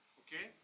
okay